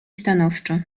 stanowczo